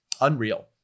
Unreal